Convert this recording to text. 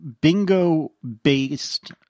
bingo-based